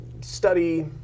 study